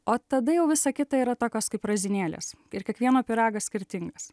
o tada jau visa kita yra tokios kaip razinėlės ir kiekvieno pyragas skirtingas